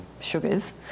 sugars